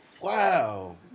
Wow